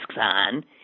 on